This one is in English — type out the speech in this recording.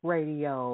Radio